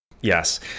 Yes